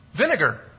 vinegar